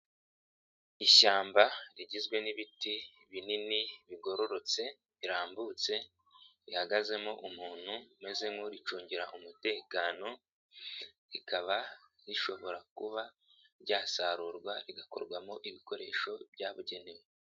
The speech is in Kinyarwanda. lshyamba rigizwe n'ibiti binini bigororotse rirambutse, rihagazemo umuntu umeze nk'uricungira umutekano, rikaba rishobora kuba ryasarurwa rigakorwamo ibikoresho byabugenewe.